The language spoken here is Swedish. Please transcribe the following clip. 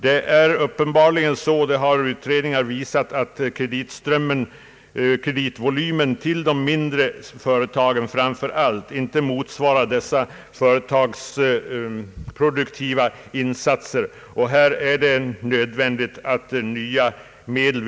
Det är uppenbarligen så — som utredningar visat — att kreditvolymen till framför allt de mindre företagen inte motsvarar dessa företags produktiva insatser. Här är det nödvändigt med nya medel.